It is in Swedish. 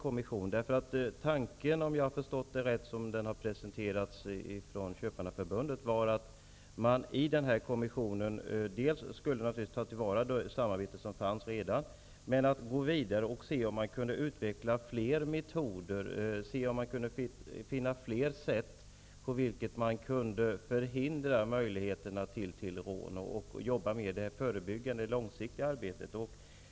Om jag har förstått det rätt var tanken som den har presenterats av Köpmannaförbundet att man i kommissionen dels skulle ta till vara det samarbete som redan finns, dels skulle gå vidare och se om man kunde utveckla fler metoder eller finna fler sätt att förhindra möjligheterna till rån, dvs. gå vidare med det förebyggande, långsiktiga arbetet.